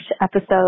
episode